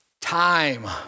time